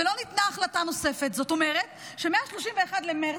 ולא ניתנה החלטה נוספת, זאת אומרת שמ-31 במרץ,